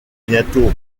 bientôt